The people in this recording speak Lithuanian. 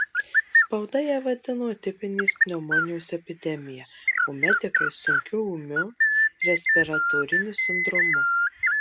spauda ją vadino atipinės pneumonijos epidemija o medikai sunkiu ūmiu respiratoriniu sindromu